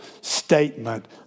statement